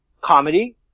Comedy